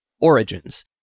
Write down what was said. origins